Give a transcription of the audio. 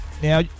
Now